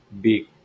big